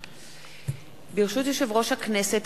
ברשות יושב-ראש הכנסת,